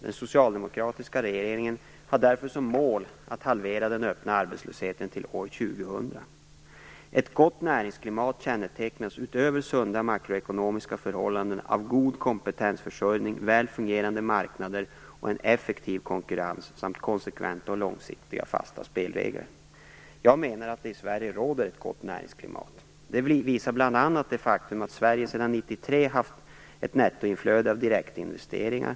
Den socialdemokratiska regeringen har därför som mål att halvera den öppna arbetslösheten till år 2000. Ett gott näringsklimat kännetecknas utöver sunda makroekonomiska förhållanden av god kompetensförsörjning, väl fungerande marknader, en effektiv konkurrens samt konsekventa och långsiktigt fasta spelregler. Jag menar att det i Sverige råder ett gott näringsklimat. Detta visar bl.a. det faktum att Sverige sedan år 1993 har haft ett nettoinflöde av direktinvesteringar.